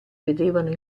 vedevano